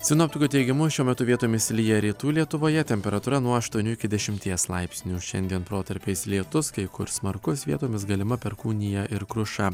sinoptikų teigimu šiuo metu vietomis lyja rytų lietuvoje temperatūra nuo aštuonių iki dešimties laipsnių šiandien protarpiais lietus kai kur smarkus vietomis galima perkūnija ir kruša